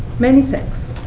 many thanks.